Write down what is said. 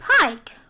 Pike